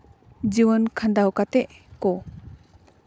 ᱡᱤᱭᱚᱱ ᱠᱷᱟᱸᱰᱟᱣ ᱠᱟᱛᱮᱫ ᱠᱚ